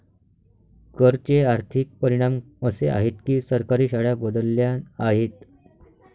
कर चे आर्थिक परिणाम असे आहेत की सरकारी शाळा बदलल्या आहेत